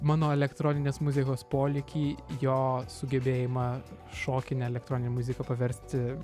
mano elektroninės muzikos polėkį jo sugebėjimą šokinę elektroninę muziką paversti